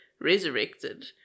resurrected